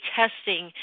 testing